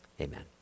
Amen